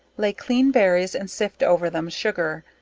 lay clean berries and sift over them sugar,